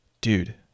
dude